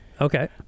Okay